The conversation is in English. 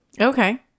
Okay